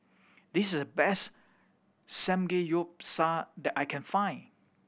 this is the best Samgeyopsal that I can find